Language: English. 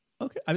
Okay